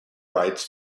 rights